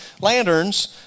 lanterns